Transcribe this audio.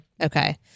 Okay